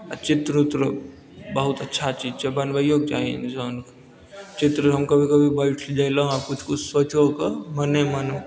आ चित्र उत्र बहुत अच्छा चीज छियै बनबैयोकेऽश चाही इंसानके चित्र हम कभी कभी किछु किछु सोचिओ कऽ मने मन